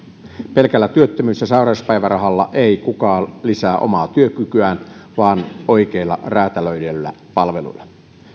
pelkällä työttömyys ja sairauspäivärahalla ei kukaan lisää omaa työkykyään vaan oikeilla räätälöidyillä palveluilla